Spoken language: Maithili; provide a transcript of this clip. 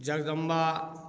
जगदम्बा